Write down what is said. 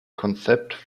konzept